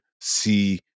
see